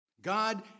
God